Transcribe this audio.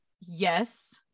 yes